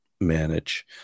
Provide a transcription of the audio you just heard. manage